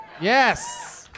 Yes